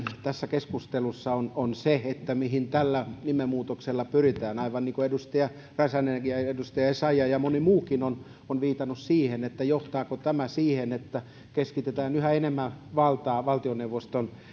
tässä keskustelussa on on se mihin tällä nimenmuutoksella pyritään aivan niin kuin edustaja räsänen edustaja essayah ja moni muukin viittaan siihen että johtaako tämä siihen että keskitetään yhä enemmän valtaa valtioneuvoston